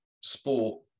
sport